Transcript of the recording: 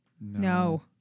No